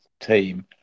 team